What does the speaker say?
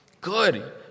Good